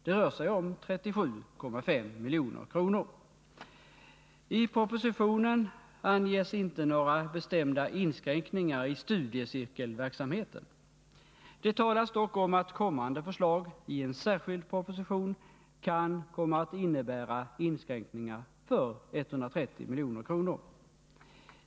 Det rör sig om 37,5 milj.kr. I propositionen anges inte några bestämda inskränkningar i studiecirkel verksamheten. Det talas dock om att kommande förslag i en särskild Nr 46 proposition kan komma att innebära inskränkningar till ett belopp av 130 milj.kr.